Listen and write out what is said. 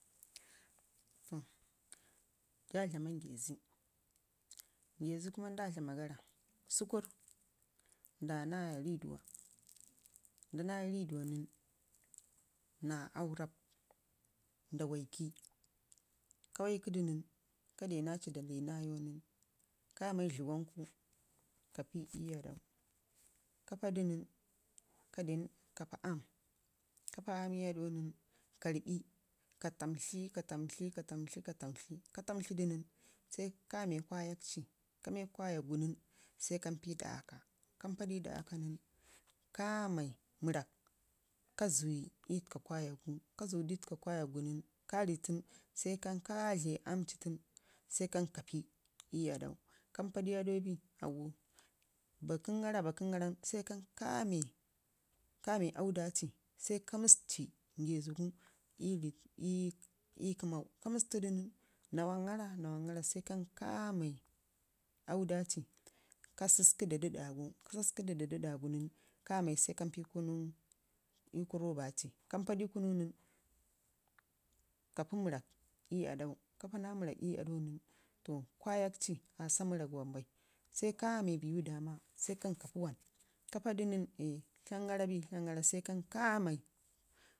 to nda dlama ngezi ngezi kuma nda dlama gara səkur nda naya rridawa, nda nayi rriduwa nən naaa aan rrab, nda waiki ka waikidi nən ka de naci darii nayau nən kamai dləbo nku ka pii ii aɗau ka paadu nən ka dan ka pii aan ka pae aam ii aɗau nən ka rribii ka famtli, kalamtli, ka tamtli ka tamtli, ka tantli da nen sai kama kwayakas, kame kwayak gu nen sai kampi ii aɗa aakka, kampa da ii aɗa aakaa nən ka mai mərrak ka zəwi ii təka kwayakga ka zəwudu ii təka kwayakgu nən, ka rii tən sai kan ka dle aam ci tulnu sai kanka pii ii aɗau kamoadu ii adau bi, bakəngara bakəngara nən saikan kame